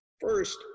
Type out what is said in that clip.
First